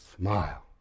smile